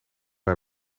bij